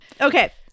okay